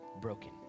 broken